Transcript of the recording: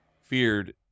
feared